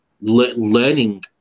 learning